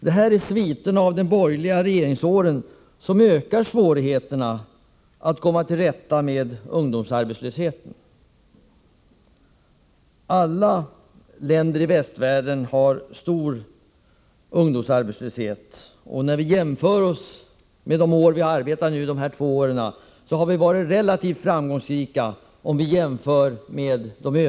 Det är sviterna av de borgerliga regeringsåren som ökar svårigheterna att komma till rätta med ungdomsarbetslösheten. Alla länder i västvärlden har hög ungdomsarbetslöshet. Vid en jämförelse med de övriga OECD-länderna har vi under de här två åren varit relativt framgångsrika.